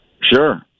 Sure